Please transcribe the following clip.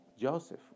Joseph